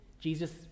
jesus